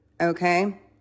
Okay